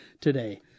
today